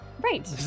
Right